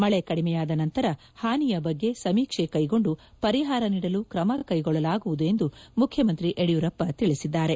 ಮಳೆ ಕಡಿಮೆಯಾದ ನಂತರ ಹಾನಿಯ ಬಗ್ಗೆ ಸಮೀಕ್ಷೆ ಕೈಗೊಂಡು ಪರಿಹಾರ ನೀಡಲು ಕ್ರಮ ಕೈಗೊಳ್ಳಲಾಗುವುದು ಎಂದು ಮುಖ್ಯಮಂತ್ರಿ ಯಡಿಯೂರಪ್ಪ ತಿಳಿಸಿದ್ದಾರೆ